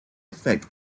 effect